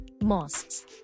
mosques